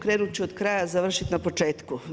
Krenut ću od kraja završit na početku.